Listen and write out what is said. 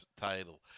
title